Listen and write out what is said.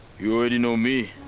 you already know me.